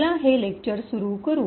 चला हे लेक्चर सुरू करू